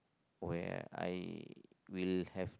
where I will have